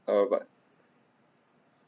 uh but